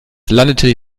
landete